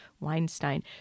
Weinstein